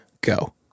go